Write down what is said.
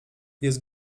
jest